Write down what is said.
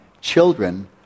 Children